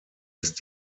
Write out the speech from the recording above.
ist